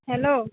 hello